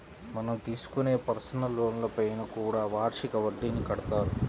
మనం తీసుకునే పర్సనల్ లోన్లపైన కూడా వార్షిక వడ్డీని కడతారు